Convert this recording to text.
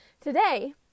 Today